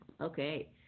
Okay